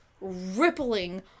rippling